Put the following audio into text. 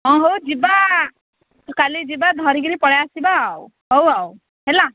ହଁ ହଉ ଯିବା କାଲିକି ଯିବା ଧରିକିରି ପଳେଇ ଆସିବା ଆଉ ହଉ ଆଉ ହେଲା